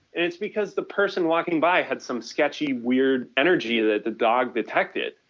it's because the person walking by had some sketchy weird energy that the dog detected.